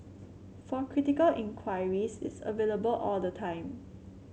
for critical inquiries it's available all the time